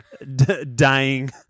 dying